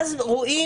שוב,